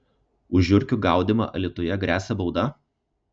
už žiurkių gaudymą alytuje gresia bauda